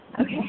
Okay